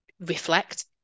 reflect